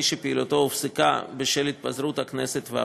שפעילותו הופסקה בשל התפזרות הכנסת והבחירות.